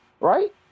right